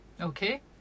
okay